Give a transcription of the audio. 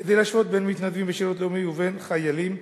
כדי להשוות בין מתנדבים בשירות לאומי ובין חיילים,